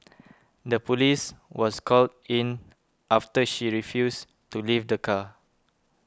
the police was called in after she refused to leave the car